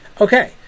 Okay